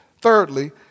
Thirdly